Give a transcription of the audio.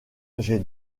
j’ai